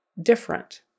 different